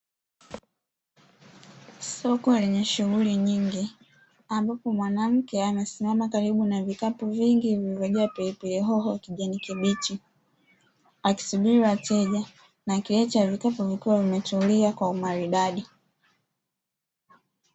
Soko lenye shughuli nyingi ambapo mwanamke anasimama karibu na vikapu vingi vilivyojaa pilipili hoho ya kijani kibichi, akisubiri wateja na akiacha vikapu vikiwa vimetulia kwa umaridadi.